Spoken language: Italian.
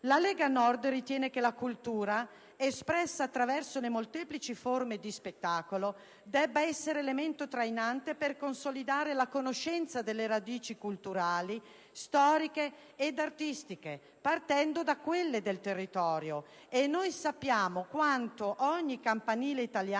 La Lega Nord ritiene che la cultura, espressa attraverso le molteplici forme di spettacolo, debba essere elemento trainante per consolidare la conoscenza delle radici culturali, storiche ed artistiche, partendo da quelle del territorio (e noi sappiamo quanto ogni campanile italiano